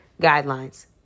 guidelines